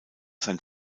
sein